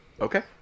Okay